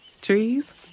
Trees